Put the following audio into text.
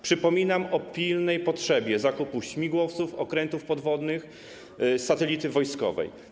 Przypominam o pilnej potrzebie zakupu śmigłowców, okrętów podwodnych i satelitów wojskowych.